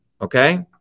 okay